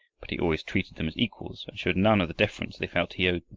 but he always treated them as equals, and showed none of the deference they felt he owed